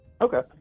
Okay